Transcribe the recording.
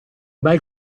bel